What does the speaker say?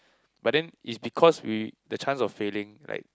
but then it's because we the chance of failing like